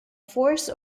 force